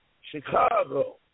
Chicago